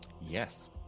yes